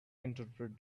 interpret